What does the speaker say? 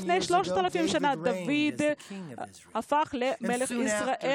לפני 3,000 שנה דוד הפך למלך ישראל,